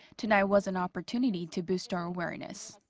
tonight was an opportunity to boost our awareness.